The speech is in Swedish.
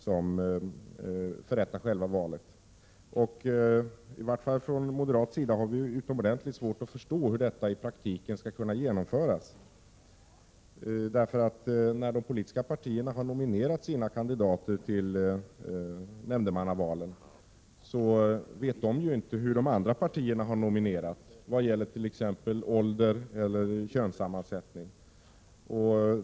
Vi moderater har i vart fall utomordentligt svårt att förstå hur detta skall kunna genomföras i praktiken. När ett politiskt parti nominerar sina kandidater till nämndemannavalen vet man ju inte hur de andra partierna nominerar med avseende på ålder eller kön etc.